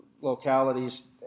localities